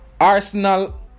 Arsenal